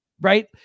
right